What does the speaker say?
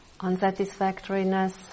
unsatisfactoriness